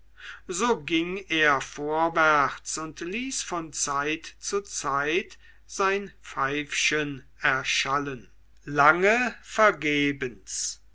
so ging er vorwärts und ließ von zeit zu zeit sein pfeifchen erschallen lange vergebens